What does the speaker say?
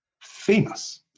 famous